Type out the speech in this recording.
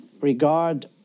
regard